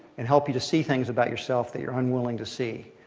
and help you to see things about yourself that you're unwilling to see.